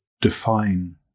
define